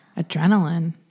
Adrenaline